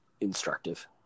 instructive